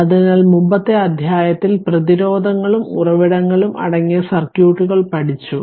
അതിനാൽ മുമ്പത്തെ അധ്യായത്തിൽ പ്രതിരോധങ്ങളും ഉറവിടങ്ങളും അടങ്ങിയ സർക്യൂട്ടുകൾ പഠിച്ചു